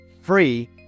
free